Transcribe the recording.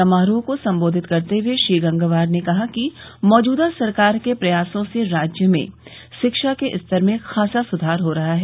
समारोह को संबोधित करते हुए श्री गंगवार ने कहा कि मौजूदा सरकार के प्रयासों से राज्य में शिक्षा के स्तर में ख़ासा सुधार हो रहा है